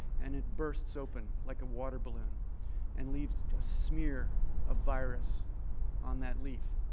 and it bursts open like a water balloon and leaves a smear of virus on that leaf.